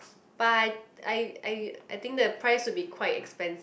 but I I I I think the price would be quite expensive